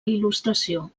il·lustració